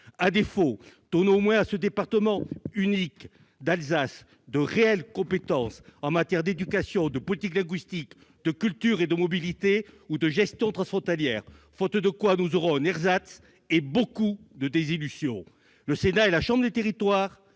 À défaut, donnons au moins à ce département unique d'Alsace de réelles compétences en matière d'éducation, de politique linguistique, de culture, de mobilité ou de gestion transfrontalière, faute de quoi nous créerions un ersatz et beaucoup de désillusions. Le Sénat étant la chambre des territoires,